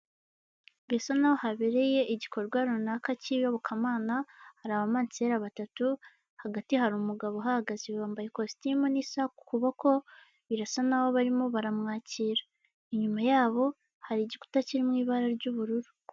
Bisa n'aho habereye igikorwa runaka cy'iyobokamana, hari abamansera batatu, hagati hari umugabo uhagaze yambaye ikositimu n'isaha ku kuboko birasa n'aho barimo baramwakira, inyuma yabo hari igikuta kirimo ibara ry'ubururu.